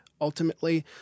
ultimately